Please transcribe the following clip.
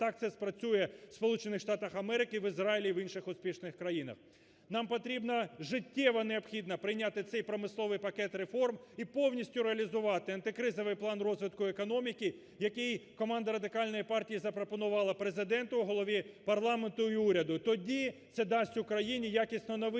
Штатах Америки, в Ізраїлі, і в інших успішних країнах. Нам потрібно, життєво необхідно прийнятий цей промисловий пакет реформ і повністю реалізувати антикризовий план розвитку економіки, який команда Радикальної партії запропонувала Президенту, голові парламенту і уряду тоді це дасть Україні якісно новий